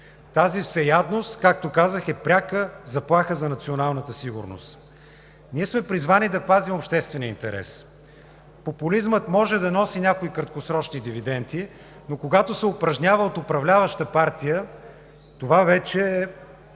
Тази всеядност, както казах, е пряка заплаха за националната сигурност. Ние сме призвани да пазим обществения интерес. Популизмът може да носи, някои краткосрочни дивиденти, но когато се упражнява от управляващата партия, това вече е